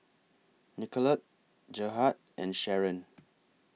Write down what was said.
Nicolette Gerhard and Sharen